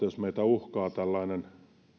jos meitä uhkaa tällainen